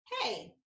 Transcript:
hey